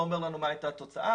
לא אומר לנו מה הייתה התוצאה.